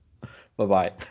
bye-bye